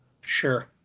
Sure